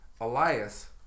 Elias